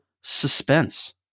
suspense